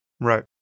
Right